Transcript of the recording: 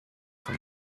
from